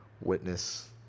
witness